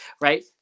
right